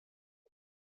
per